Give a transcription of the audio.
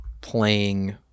playing